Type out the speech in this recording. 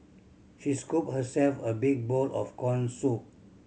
she scooped herself a big bowl of corn soup